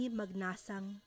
magnasang